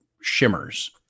shimmers